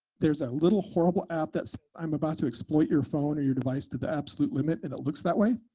there's a little horrible app that i'm about to exploit your phone or your device to the absolute limit and it looks that way,